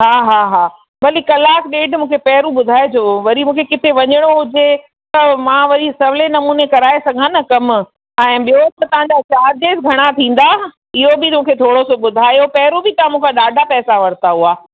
हा हा हा भली कलाकु ॾेढ मूंखे पहिरां ॿुधाएजो वरी मूंखे किथे वञिणो हुजे त मां वरी सवले नमूने कराए सघां न कमु ऐं ॿियो त तव्हांजा चार्जिस घणा थींदा इयो बि मूंखे थोरो सो ॿुधायो पहिरां बि तव्हां मूं खां ॾाढा पैसा वरिता हुआ